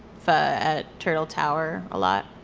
at turtle tower a lot.